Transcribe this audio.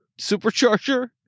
supercharger